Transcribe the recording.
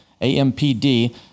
ampd